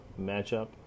matchup